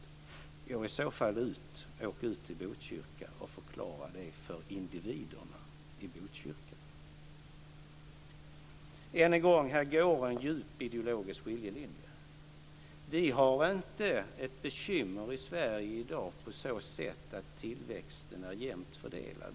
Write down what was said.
Åk i så fall ut till Botkyrka och förklara det för de individer som bor där! Än en gång: Här går en djup ideologisk skiljelinje. Vi har inte ett bekymmer i Sverige i dag på så sätt att tillväxten är jämnt fördelad.